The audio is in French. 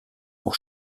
pour